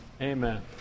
Amen